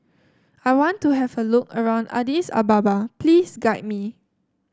I want to have a look around Addis Ababa please guide me